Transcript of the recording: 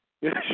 Yes